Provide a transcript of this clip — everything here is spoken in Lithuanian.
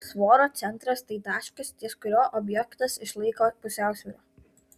svorio centras tai taškas ties kuriuo objektas išlaiko pusiausvyrą